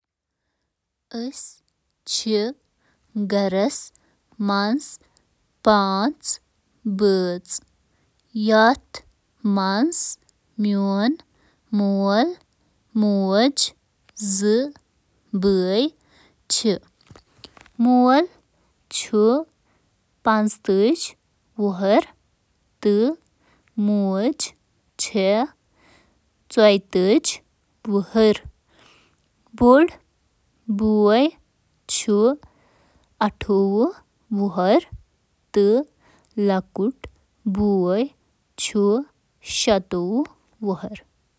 مےٚ چھِ پانٛژھ خاندٲنی میمبر، میٲنۍ مٲل تٔمۍ سٕنٛز وٲنٛس، پنژاہ وُہُر، موج، پانٛژتٲجی، بوےُ پنٛژوُہن تہٕ بیٚنہِ ۔بَوُہُہ